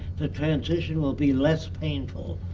the transition will be less painful,